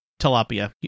tilapia